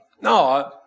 No